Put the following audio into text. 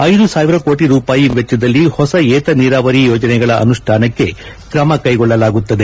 ಐದು ಸಾವಿರ ಕೋಟಿ ರೂಪಾಯಿ ವೆಚ್ಚದಲ್ಲಿ ಹೊಸ ಏತ ನೀರಾವರಿ ಯೋಜನೆಗಳ ಅನುಷ್ಠಾನಕ್ಕೆ ಕ್ರಮಕೈಗೊಳ್ಳಲಾಗುತ್ತದೆ